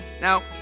Now